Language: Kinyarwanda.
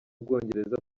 bwongereza